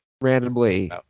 randomly